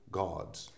gods